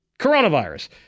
coronavirus